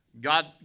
God